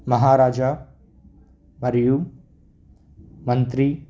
మహారాజా మరియు మంత్రి